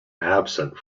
absent